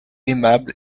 aimable